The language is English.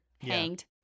hanged